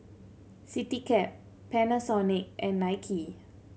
Citycab Panasonic and Nike